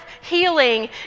healing